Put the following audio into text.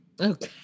Okay